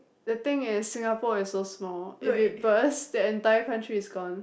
the thing is Singapore is so small if it burst the entire country is gone